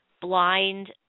Blind